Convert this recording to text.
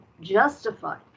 justified